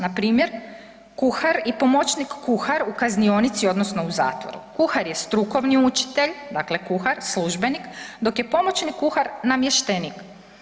Npr. kuhar i pomoćnik kuhar u kaznionici odnosno u zatvoru, kuhar je strukovni učitelj, dakle kuhar službenik, dok je pomoćni kuhar namještenik.